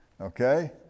Okay